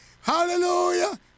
Hallelujah